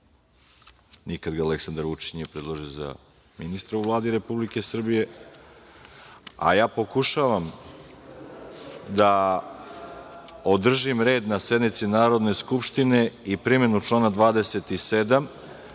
Nikada ga Aleksandar Vučić nije predložio za ministra u Vladi RS. Ja pokušavam da održim red na sednici Narodne skupštine i primenu člana 27,